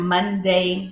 Monday